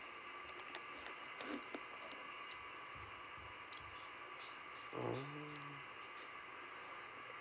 oh